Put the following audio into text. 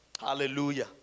Hallelujah